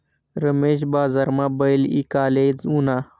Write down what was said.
रमेश बजारमा बैल ईकाले ऊना